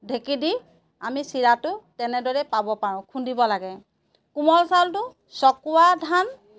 ঢেঁকী দি আমি চিৰাটো তেনেদৰেই পাব পাৰোঁ খুন্দিব লাগে কোমল চাউলটো চকুৱা ধান